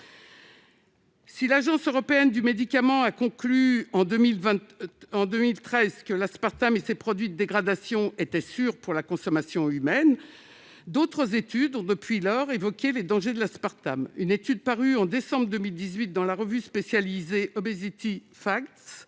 Si l'Agence européenne du médicament a conclu, en 2013, que l'aspartame et ses produits de dégradation étaient sans danger pour la consommation humaine, d'autres études ont depuis lors évoqué ses dangers. Une étude parue en décembre 2018 dans la revue spécialisée dévoile que